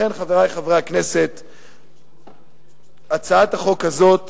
לכן, חברי חברי הכנסת, לסיכום: הצעת החוק הזאת